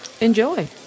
enjoy